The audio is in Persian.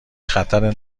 خطر